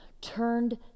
turned